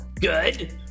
good